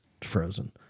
frozen